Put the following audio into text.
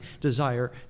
desire